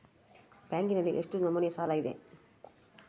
ಬ್ಯಾಂಕಿನಲ್ಲಿ ಎಷ್ಟು ನಮೂನೆ ಸಾಲ ಇದೆ?